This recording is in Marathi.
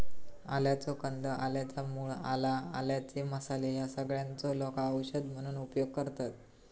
आल्याचो कंद, आल्याच्या मूळ, आला, आल्याचे मसाले ह्या सगळ्यांचो लोका औषध म्हणून उपयोग करतत